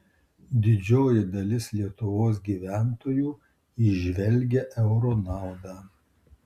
didžioji dalis lietuvos gyventojų įžvelgia euro naudą